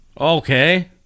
Okay